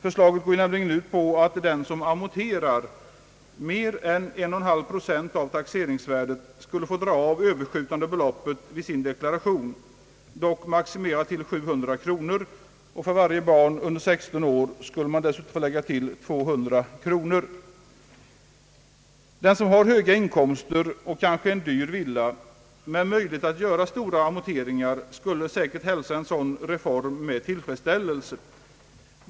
Förslaget går ut på att den som ett år amorterar mer än 1,5 procent av taxeringsvärdet skulle få dra av det överskjutande beloppet vid sin deklaration, dock maximerat till 700 kronor. För varje barn under 16 år skulle man dessutom få lägga till 200 kronor. Den som har höga inkomster, en dyr villa och möjligheter att göra stora amorteringar skulle säkert hälsa en sådan reform med tillfredsställelse.